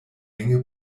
enge